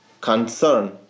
concern